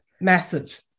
Massive